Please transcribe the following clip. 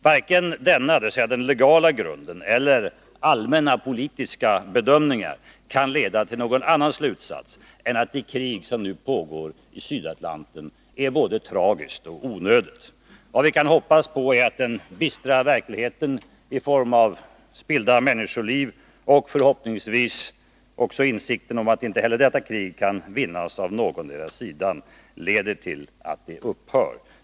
Varken den legala grunden eller allmänna politiska bedömningar kanleda till någon annan slutsats än att det krig som nu pågår i Sydatlanten är både tragiskt och onödigt. Vad vi kan hoppas på är att den bistra verkligheten i form av spillda människoliv och förhoppningsvis också insikten om att inte heller detta krig kan vinnas av någondera sidan leder till att det upphör.